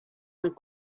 and